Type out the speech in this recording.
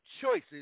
choices